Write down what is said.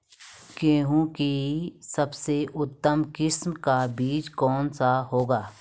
गेहूँ की सबसे उत्तम किस्म का बीज कौन सा होगा?